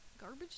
Garbage